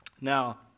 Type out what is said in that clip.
Now